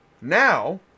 Now